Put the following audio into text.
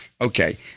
Okay